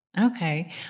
Okay